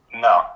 No